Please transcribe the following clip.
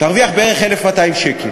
לתת לצו הזה מעמד של חוק?